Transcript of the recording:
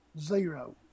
Zero